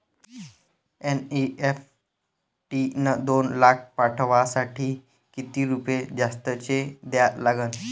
NEFT न दोन लाख पाठवासाठी किती रुपये जास्तचे द्या लागन?